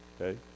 okay